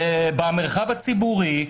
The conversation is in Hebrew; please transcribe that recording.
במרחב הציבורי,